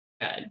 good